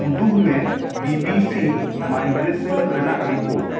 ᱩᱫᱩᱜᱽ ᱢᱮ B B C migration ᱨᱮᱱᱟᱜ ᱨᱤᱯᱳᱴ